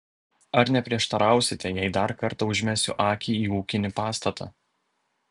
ar neprieštarausite jei dar kartą užmesiu akį į ūkinį pastatą